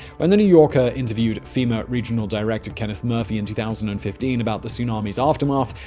when the new yorker interviewed fema regional director kenneth murphy in two thousand and fifteen about the tsunami's aftermath,